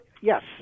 yes